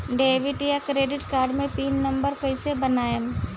Debit या credit card मे PIN number कैसे बनाएम?